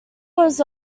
was